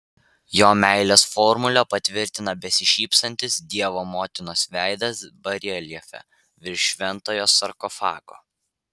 jo meilės formulę patvirtina besišypsantis dievo motinos veidas bareljefe virš šventojo sarkofago